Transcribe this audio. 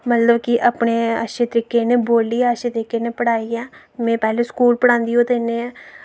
मतलब कि अपने अच्छे तरीके नै बोलियै अच्छे तरीके नै पढ़ाइयै मैं पैह्ले स्कूल पढ़ांदी